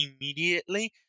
immediately